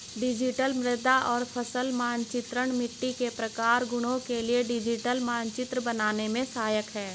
digital मृदा और फसल मानचित्रण मिट्टी के प्रकार और गुणों के लिए डिजिटल मानचित्र बनाने में सहायक है